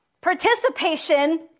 participation